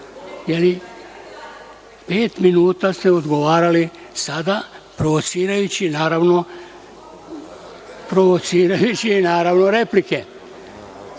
minuta ste odgovarali sada, provocirajući naravno replike,